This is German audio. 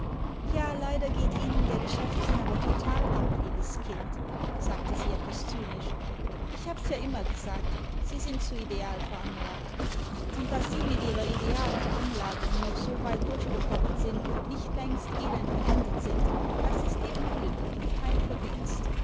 ja leider geht ihnen der geschäftssinn aber total ab liebes kind sagte sie etwas zynisch ich hab's ja immer gesagt sie sind zu ideal veranlagt und daß sie mit ihrer idealen veranlagung noch so weit durchgekonmien sind und nicht längst elend verendet sind das ist eben glück und kein verdienst